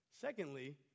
secondly